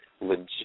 legit